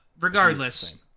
Regardless